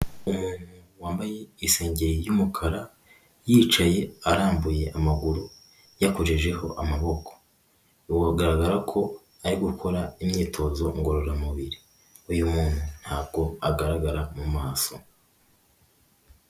Umuntu wambaye isengeri y'umukara yicaye arambuye amaguru yakojejeho amaboko, ubu bigaragara ko ari gukora imyitozo ngororamubiri. Uyu muntu ntabwo agaragara mu maso.